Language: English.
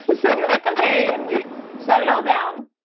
so we're like, ok. and we shut it all down.